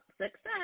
success